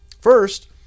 First